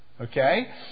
Okay